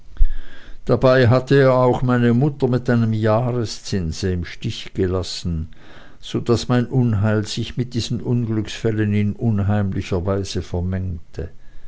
dabei hatte er auch meine mutter mit einem jahreszinse im stiche gelassen so daß mein unheil sich mit diesen unglücksfällen in unheimlicher weise vermengte